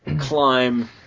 climb